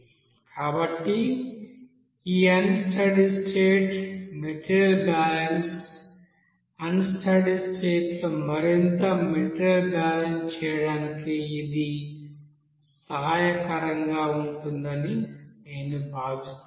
కాబట్టి ఈ unsteady state material balance unsteady state లో మరింత మెటీరియల్ బ్యాలెన్స్ చేయడానికి ఇది సహాయకరంగా ఉంటుందని నేను భావిస్తున్నాను